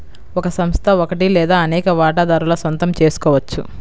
ఒక సంస్థ ఒకటి లేదా అనేక వాటాదారుల సొంతం చేసుకోవచ్చు